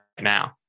now